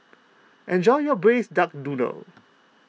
enjoy your Braised Duck Noodle